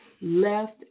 left